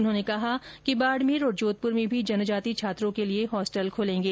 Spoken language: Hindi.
उन्होंने कहा कि बाड़मेर और जोधपुर में भी जनजाति छात्रों के लिए हॉस्टल खुलेंगे